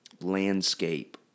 landscape